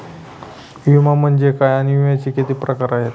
विमा म्हणजे काय आणि विम्याचे किती प्रकार आहेत?